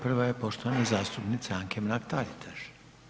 Prva je poštovane zastupnice Anke Mrak Taritaš.